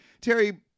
Terry